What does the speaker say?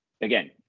again